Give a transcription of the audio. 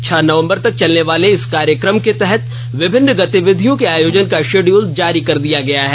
छह नवंबर तक चलने वाले इस कार्यक्रम के तहत विभिन्न गतिविधियों के आयोजन का शिङ्यूल जारी कर दिया गया है